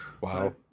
Wow